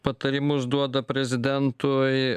patarimus duoda prezidentui